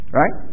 right